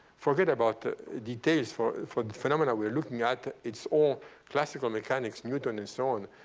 forget about details for for the phenomena we are looking at. it's all classical mechanics, newton and so on.